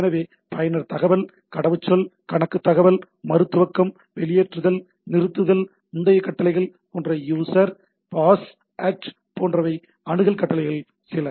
எனவே பயனர் தகவல் கடவுச்சொல் கணக்குத் தகவல் மறு துவக்கம் வெளியேறுதல் நிறுத்துதல் முந்தைய கட்டளைகள் போன்ற USER PASS ACCT போன்றவை அணுகல் கட்டளைகளில் சில